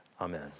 amen